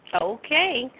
Okay